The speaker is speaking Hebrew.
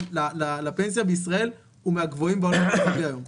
לפנסיה בישראל הוא מהגבוהים בעולם המערבי היום.